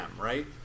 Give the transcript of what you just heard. right